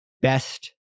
best